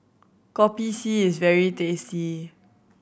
Kopi C is very tasty